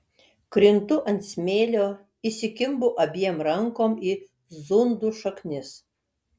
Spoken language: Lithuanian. krintu ant smėlio įsikimbu abiem rankom į zundų šaknis